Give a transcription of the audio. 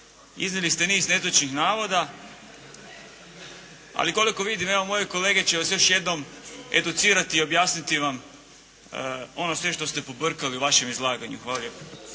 Iznijeli ste niz netočnih navoda, ali koliko vidim, moji kolege će vas još jednom educirati i objasniti vam ono sve što ste pobrkali u vašem izlaganju. Hvala lijepa.